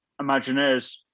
Imagineers